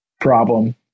problem